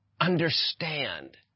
understand